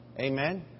Amen